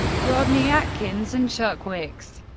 rodney atkins and chuck wicks.